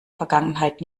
vergangenheit